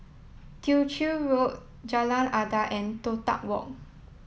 Tew Chew Road Jalan Adat and Toh Tuck Walk